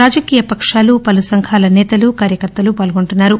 రాజకీయ పకాలు పలు సంఘాల సేతలు కార్యకర్తలు పాల్గొంటున్నారు